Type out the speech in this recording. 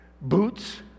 Boots